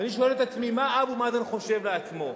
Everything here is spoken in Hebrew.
ואני שואל את עצמי: מה אבו מאזן חושב לעצמו?